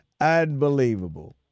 Unbelievable